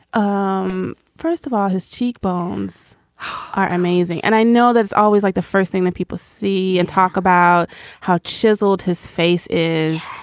um first of all, his cheekbones are amazing, and i know that's always like the first thing that people see and talk about how chiseled his face is.